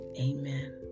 Amen